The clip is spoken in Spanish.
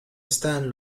están